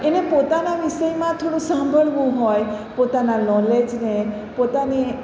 એને પોતાના વિષયમાં થોડું સાંભળવું હોય પોતાના નૉલેજને પોતાને